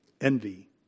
Envy